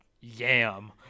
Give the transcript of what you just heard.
yam